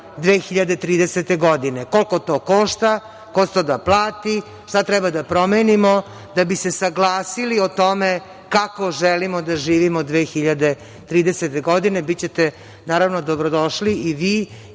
2030. godine. Koliko to košta? Ko će to da plati? Šta treba da promenimo da bi se saglasili o tome kako želimo da živimo 2030. godine? Bićete dobrodošli i vi